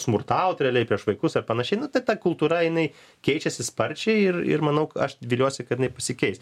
smurtaut realiai prieš vaikus ar panašiai nu tai ta kultūra jinai keičiasi sparčiai ir ir manau aš viliuosi kad jinai pasikeis